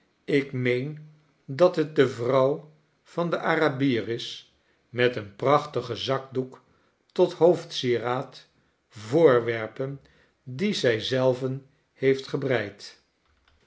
ik meen dat het de vrouw van den arabier is met een prachtigen zakdoek tot hoofdsieraad voorwerpen die zij zelve heeft gebreid